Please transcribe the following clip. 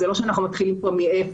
זה לא שאנחנו מתחילים מאפס.